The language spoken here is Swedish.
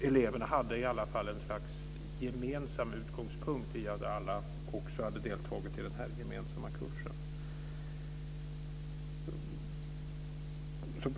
Eleverna hade en gemensam utgångspunkt i att alla hade deltagit i den gemensamma kursen.